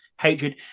hatred